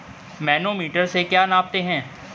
Manometer से क्या नापते हैं?